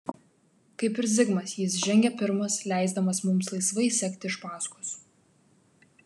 kaip ir zigmas jis žengė pirmas leisdamas mums laisvai sekti iš paskos